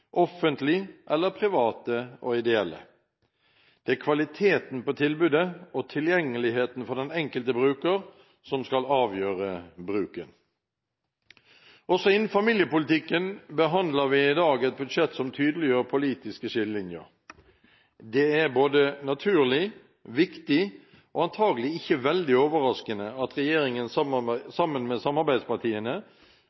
offentlig eller private og ideelle. Det er kvaliteten på tilbudet og tilgjengeligheten for den enkelte bruker, som skal avgjøre bruken. Også innen familiepolitikken behandler vi i dag et budsjett som tydeliggjør politiske skillelinjer. Det er både naturlig, viktig og antagelig ikke veldig overraskende at regjeringen